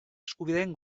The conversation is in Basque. eskubideen